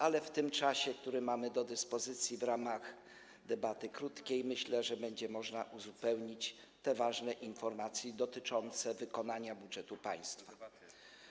Ale w tym czasie, który mamy do dyspozycji w ramach debaty krótkiej, myślę, że będzie można uzupełnić te ważne informacje dotyczące wykonania budżetu państwa.